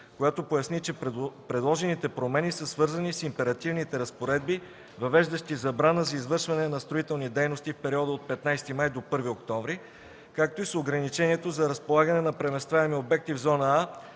която поясни, че предложените промени са свързани с императивните разпоредби, въвеждащи забрана за извършване на строителни дейности в периода от 15 май до 1 октомври, както и с ограничението за разполагане на преместваеми обекти в зона „А”